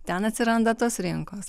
ten atsiranda tos rinkos